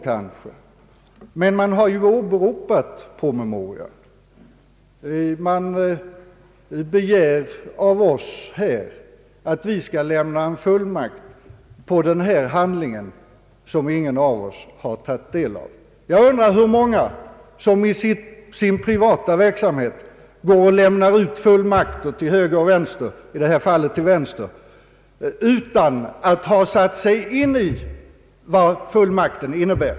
Utskottsmajoriteten har dock åberopat promemorian och begär av oss att vi skall lämna en fullmakt med utgångspunkt från denna handling som ingen av oss tagit del av. Jag undrar hur många som i sin privata verksamhet lämnar ut fullmakter till höger och vänster — i detta fall till vänster — utan att ha satt sig in i vad fullmakten innebär.